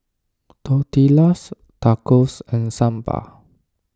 Tortillas Tacos and Sambar